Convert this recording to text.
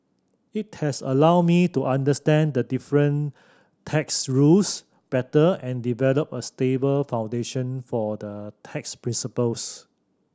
it has allowed me to understand the different tax rules better and develop a stable foundation for the tax principles